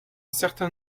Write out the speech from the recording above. certain